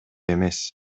эмес